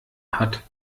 hat